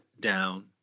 down